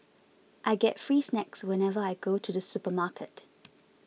I get free snacks whenever I go to the supermarket